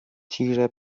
تیره